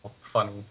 funny